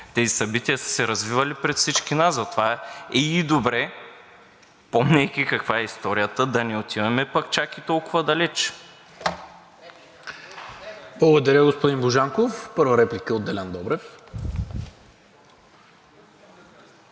тези събития са се развивали пред всички нас. Затова е и добре, помнейки каква е историята, да не отиваме чак толкова далеч. ПРЕДСЕДАТЕЛ НИКОЛА МИНЧЕВ: Благодаря, господин Божанков. Първа реплика от Делян Добрев.